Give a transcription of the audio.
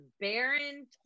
Baron